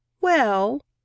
Well